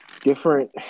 different